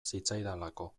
zitzaidalako